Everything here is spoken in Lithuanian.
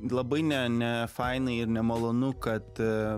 labai ne ne fainai ir nemalonu kad